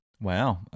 Wow